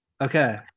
okay